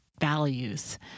values